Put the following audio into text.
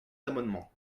amendement